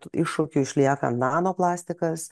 iššūkiu išlieka nanoplastikas